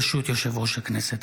ברשות יושב-ראש הכנסת,